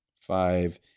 five